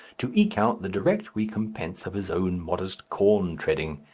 to eke out the direct recompense of his own modest corn-treading.